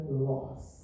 loss